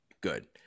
good